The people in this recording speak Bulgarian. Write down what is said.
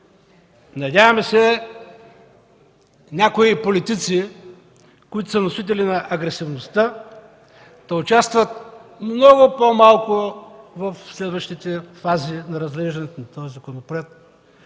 Надяваме се някои политици, които са носители на агресивността, да участват много по-малко в следващите фази на разглеждането на този законопроект.